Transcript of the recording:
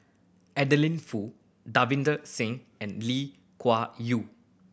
Adeline Foo Davinder Singh and Lee Yew